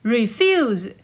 Refuse